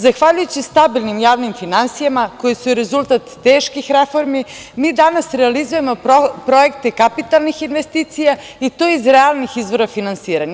Zahvaljujući stabilnim javnim finansijama koje su rezultat teških reformi, mi danas realizujemo projekte kapitalnih investicija, i to iz realnih izvora finansiranja.